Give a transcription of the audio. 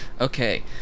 Okay